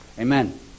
Amen